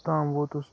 تۄتتھ تام ووتُس